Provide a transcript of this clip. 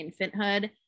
infanthood